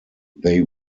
they